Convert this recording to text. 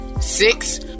Six